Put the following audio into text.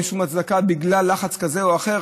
אין שום הצדקה בגלל לחץ כזה או אחר.